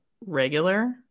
regular